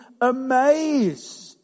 amazed